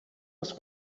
els